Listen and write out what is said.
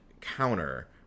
counter